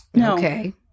Okay